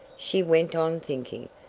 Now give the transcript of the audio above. she went on thinking,